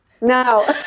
no